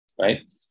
right